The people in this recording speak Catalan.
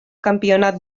campionat